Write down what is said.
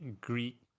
Greek